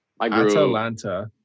Atlanta